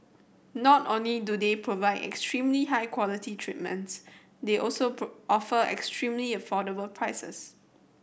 not only do they provide extremely high quality treatments they also offer extremely affordable prices